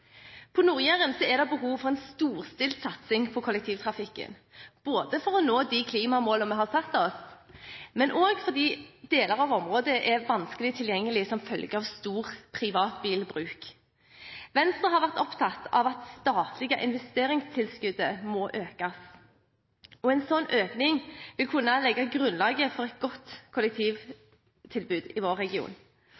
På Nord-Jæren er det behov for en storstilt satsing på kollektivtrafikken, både for å nå de klimamålene vi har satt oss, og fordi deler av området er vanskelig tilgjengelig som følge av stor privatbilbruk. Venstre har vært opptatt av at det statlige investeringstilskuddet må økes, og en slik økning vil kunne legge grunnlaget for et godt